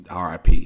RIP